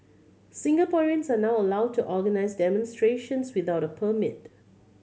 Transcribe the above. Singaporeans are now allowed to organise demonstrations without a permit